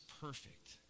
perfect